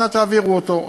אנא תעבירו אותו,